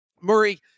Murray